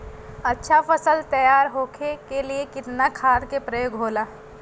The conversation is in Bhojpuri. अच्छा फसल तैयार होके के लिए कितना खाद के प्रयोग होला?